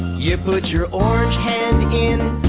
you put your orange hand in,